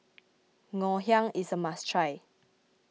Ngoh Hiang is a must try